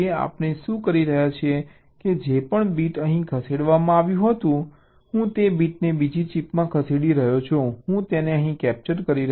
આપણે શું કહી રહ્યા છીએ કે જે પણ બીટ અહીં ખસેડવામાં આવ્યું હતું હું તે બીટને બીજી ચિપમાં ખસેડી રહ્યો છું હું તેને અહીં કેપ્ચર કરી રહ્યો છું